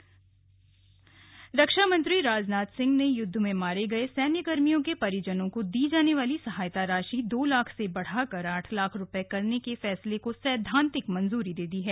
रक्षामंत्री मंजूरी रक्षामंत्री राजनाथ सिंह ने युद्ध में मारे गए सैन्यकर्मियों के परिजनों को दी जाने वाली सहायता राशि दो लाख से बढ़ाकर आठ लाख रूपये करने के फैसले को सैद्वांतिक मंजूरी दे दी है